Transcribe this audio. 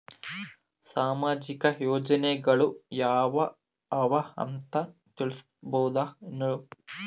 ಸಾಮಾಜಿಕ ಯೋಜನೆಗಳು ಯಾವ ಅವ ಅಂತ ತಿಳಸಬಹುದೇನು?